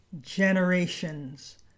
Generations